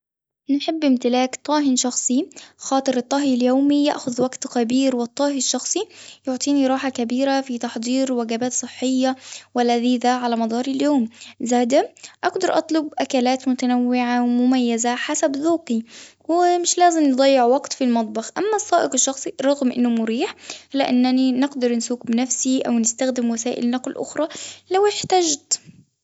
نحب امتلاك طاهٍ شخصي، خاطر الطهي اليومي يأخذ وقت كبير والطاهي الشخصي يعطيني راحة كبيرة في تحضير وجبات صحية ولذيذة على مدار اليوم، أقدر اطلب أكلات متنوعة ومميزة حسب ذوقي، ومش لازم نضيع وقت في المطبخ، أما السائق الشخص رغم إنه مريح إلا أنني نقدر نسوق بنفسي أو نستخدم وسائل نقل أخرى لو احتجت.